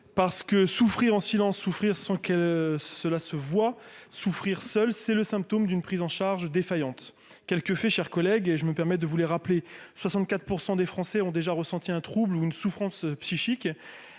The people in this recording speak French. parce que souffrir en silence souffrir sans que cela se voit souffrir seul c'est le symptôme d'une prise en charge défaillante quelques faits chers collègue et je me permets de vous les rappeler 64 % des Français ont déjà ressenti un trouble ou une souffrance psychique,